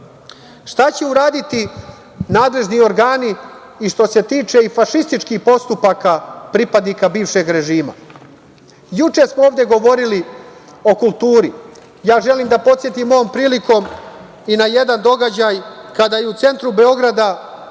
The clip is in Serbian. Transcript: Šta će uraditi nadležni organi i što se tiče i fašističkih postupaka pripadnika bivšeg režima? Juče smo ovde govorili o kulturi. Ja želim da podsetim ovom prilikom i na jedna događaj kada je u centru Beograda